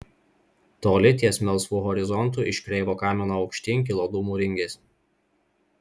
toli ties melsvu horizontu iš kreivo kamino aukštyn kilo dūmų ringės